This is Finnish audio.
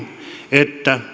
että